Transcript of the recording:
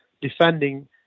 defending